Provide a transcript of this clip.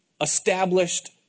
established